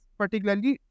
particularly